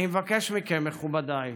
אני מבקש מכם, מכובדיי,